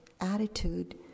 attitude